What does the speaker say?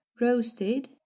roasted